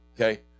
okay